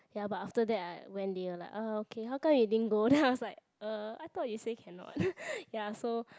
ya but after that I went they were like uh okay how come you didn't go then I was like uh I thought you say cannot what ya so